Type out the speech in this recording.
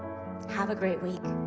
have a great week.